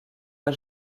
pas